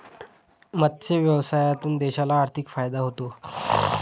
मत्स्य व्यवसायातून देशाला आर्थिक फायदा होतो